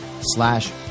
slash